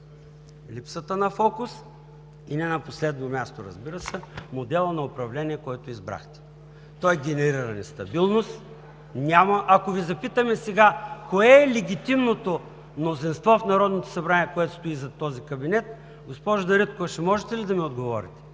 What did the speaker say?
липсата на фокус, и не на последно място, разбира се, моделът на управление, което избрахте. Той генерира нестабилност. Ако Ви запитаме сега кое е легитимното мнозинство в Народното събрание, което стои зад този кабинет, госпожо Дариткова, ще можете ли да ми отговорите,